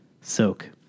Soak